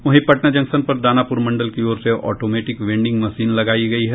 वहीं पटना जंक्शन पर दानापुर मंडल की ओर से ऑटोमेटिक वेंडिंग मशीन लगायी गयी है